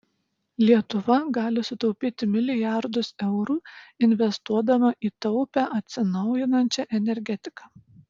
lietuva gali sutaupyti milijardus eurų investuodama į taupią atsinaujinančią energetiką